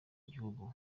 gihugu